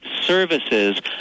services